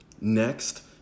Next